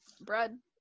bread